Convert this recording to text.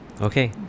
Okay